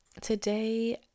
Today